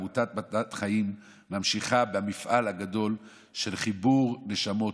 עמותת "מתנת חיים" ממשיכה במפעל הגדול של חיבור נשמות,